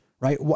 Right